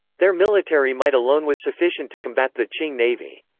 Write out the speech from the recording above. their military might alone was sufficient to combat the qing navy.